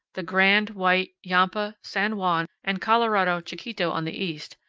the grand, white, yampa, san juan, and colorado chiquito on the east,